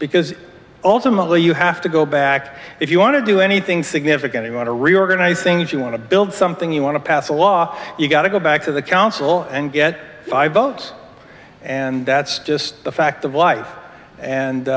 because ultimately you have to go back if you want to do anything significant you want to reorganize things you want to build something you want to pass a law you've got to go back to the council and get five votes and that's just a fact of life and